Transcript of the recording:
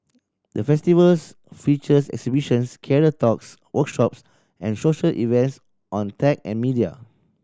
the Festivals features exhibitions career talks workshops and social events on tech and media